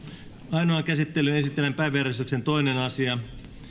ainoaan käsittelyyn esitellään päiväjärjestyksen toinen asia